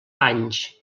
anys